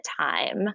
time